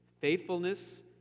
faithfulness